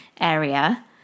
area